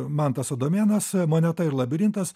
mantas adomėnas moneta ir labirintas